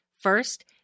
First